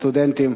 הסטודנטים,